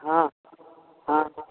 ହଁ ହଁ